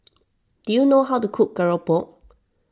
do you know how to cook Keropok